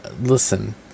Listen